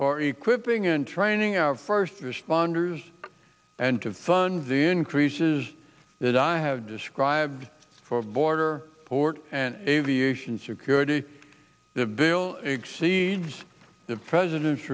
equipping and training our first responders and to fund the increases that i have described for border board and aviation security the bill exceeds the president's